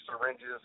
syringes